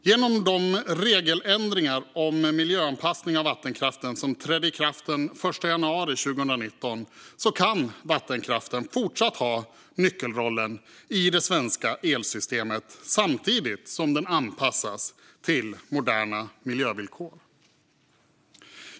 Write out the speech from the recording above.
Genom de regeländringar om miljöanpassning av vattenkraften som trädde i kraft den 1 januari 2019 kan vattenkraften fortsatt ha nyckelrollen i det svenska elsystemet samtidigt som den anpassas till moderna miljövillkor.